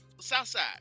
Southside